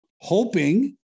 hoping